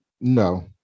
no